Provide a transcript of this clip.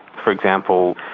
for example,